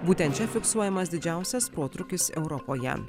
būtent čia fiksuojamas didžiausias protrūkis europoje